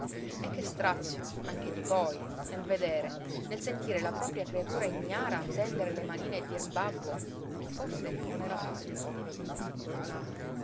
e che strazio anche dipoi nel vedere nel sentire la propria creatura ignara tendere le manine e dir babbo a chi forse non era tale ah